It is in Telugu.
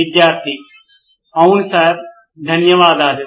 విద్యార్థి అవును సార్ ధన్యవాదాలు